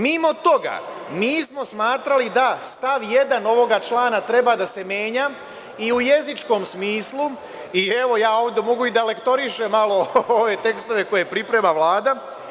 Mimo toga, Mimo toga, mi smo smatrali da stav 1. ovoga člana treba da se menja i u jezičkom smislu i, evo, ja ovde mogu da lektorišem malo ove tekstove koje priprema Vlada.